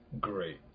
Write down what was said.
great